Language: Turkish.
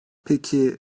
peki